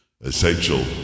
essential